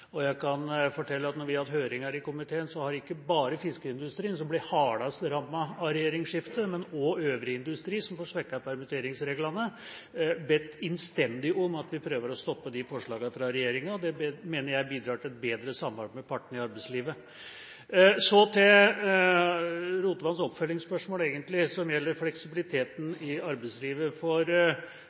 Jeg kan fortelle at når vi har hatt høringer i komiteen, har ikke bare fiskeindustrien, som blir hardest rammet av regjeringsskiftet, men også øvrig industri, som får svekket permitteringsreglene, bedt innstendig om at vi prøver å stoppe de forslagene fra regjeringen. Det mener jeg bidrar til et bedre samarbeid med partene i arbeidslivet. Så til Rotevatns oppfølgingsspørsmål som gjelder fleksibiliteten i arbeidslivet. For